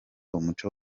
umuco